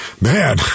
man